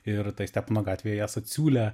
ir tai stepono gatvei esat siūlę